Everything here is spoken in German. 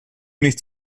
nicht